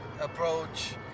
approach